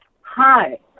Hi